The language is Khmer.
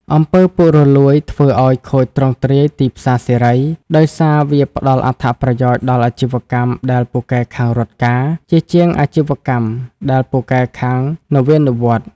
អំពើពុករលួយ ធ្វើឱ្យខូចទ្រង់ទ្រាយទីផ្សារសេរី ដោយសារវាផ្ដល់អត្ថប្រយោជន៍ដល់អាជីវកម្មដែលពូកែខាង "រត់ការ" ជាជាងអាជីវកម្មដែលពូកែខាង "នវានុវត្តន៍"។